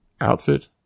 Outfit